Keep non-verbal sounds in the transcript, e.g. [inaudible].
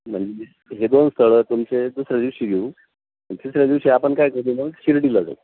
म्हणजे हे दोन स्थळं तुमचे दुसऱ्या दिवशी घेऊ तिसऱ्या दिवशी आपण काय [unintelligible] शिर्डीला जाऊ